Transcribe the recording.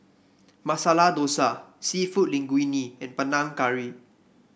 Masala Dosa seafood Linguine and Panang Curry